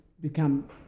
become